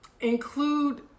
include